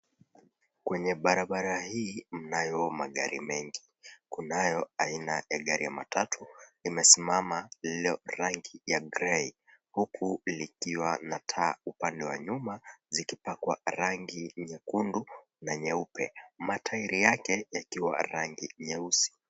Kwenye barabara hii mnayo magari mengi, kunayo gari aina ya matatu inayosimama lililo ya rangi ya grey huku likiwa na taa upande wa nyuma zikipakwa rangi nyekundu na nyeupe matairi yake yakiwa rangi nyeusi.